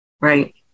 Right